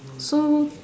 so